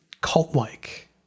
cult-like